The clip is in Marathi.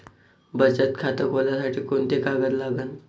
बचत खात खोलासाठी कोंते कागद लागन?